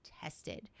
tested